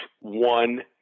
one